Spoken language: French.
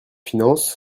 finances